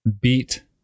beat